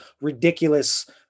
ridiculous